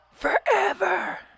FOREVER